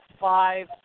five